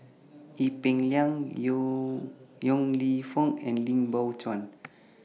Ee Peng Liang Yo Yong Lew Foong and Lim Biow Chuan